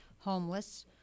homeless